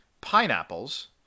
pineapples